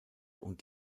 und